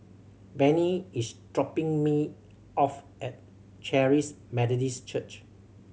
Benny is dropping me off at Charis Methodist Church